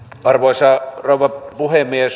arvoisa rouva puhemies